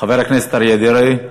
חבר הכנסת אריה דרעי,